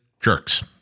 jerks